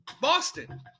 Boston